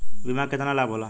बीमा के केतना लाभ होला?